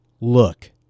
Look